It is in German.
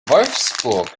wolfsburg